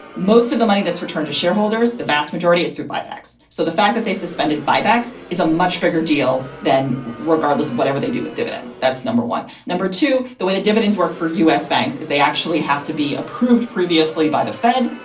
most of the money that's returned to shareholders, the vast majority is through buybacks. so the fact that they suspended buybacks is a much bigger deal than regardless of whatever they do with dividends. that's number one. number two, the way the dividends worked for u s. banks is they actually have to be approved previously by the fed.